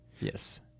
Yes